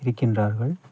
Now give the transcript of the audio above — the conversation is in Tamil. இருக்கின்றார்கள்